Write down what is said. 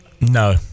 No